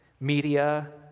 Media